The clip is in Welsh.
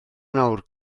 nawr